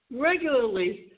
regularly